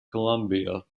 columbia